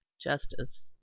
justice